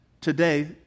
today